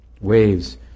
Waves